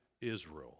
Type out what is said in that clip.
Israel